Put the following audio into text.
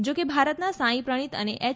જોકે ભારતનાં સાઈ પ્રણીત અને એચ